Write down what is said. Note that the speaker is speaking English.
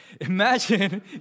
imagine